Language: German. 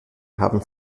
haben